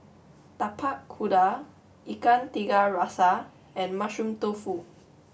Tapak Kuda Ikan Tiga Rasa and Mushroom Tofu